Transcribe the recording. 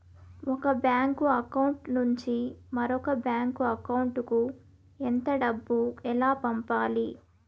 ఒక bank account నుంచి మరొక బ్యాంకు అకౌంట్ కు ఎంత డబ్బు ఎలా పంపాలి